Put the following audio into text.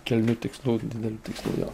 kilniu tikslu dideliu tikslu jo